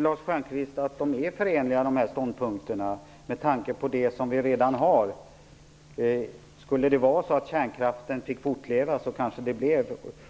Herr talman! Jag tror inte, Lars Stjernkvist, att de här ståndpunkterna är förenliga, med tanke på det vi redan har. Skulle kärnkraften få fortleva kanske det blev